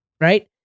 right